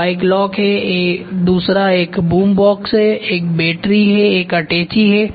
एक bike lock है दूसरा एक बूम बॉक्स है एक बैटरी है एक अटैची है